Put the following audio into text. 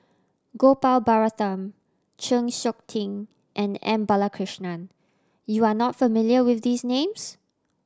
Gopal Baratham Chng Seok Tin and M Balakrishnan you are not familiar with these names